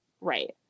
right